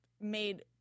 made